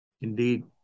indeed